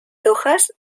hojas